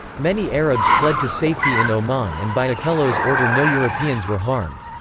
many arabs fled to safety in oman and by okello's order no europeans were harmed.